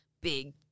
Big